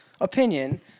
opinion